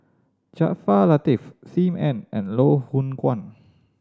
Jaafar Latiff Sim Ann and Loh Hoong Kwan